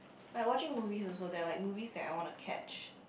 like watching movies also there are like movies that I want to catch